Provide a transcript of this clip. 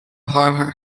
her